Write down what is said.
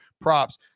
props